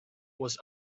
was